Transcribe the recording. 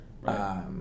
Right